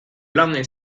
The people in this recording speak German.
lange